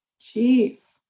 Jeez